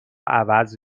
عوض